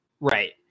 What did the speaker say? Right